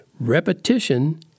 Repetition